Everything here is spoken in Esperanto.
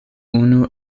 unu